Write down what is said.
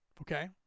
Okay